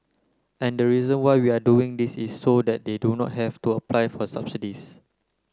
and the reason why we are doing this is so that they do not have to apply for subsidies